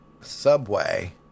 Subway